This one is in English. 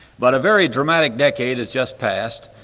but a very dramatic decade has just passed.